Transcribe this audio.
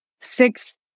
six